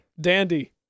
Dandy